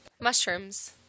Mushrooms